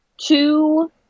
two